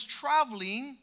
traveling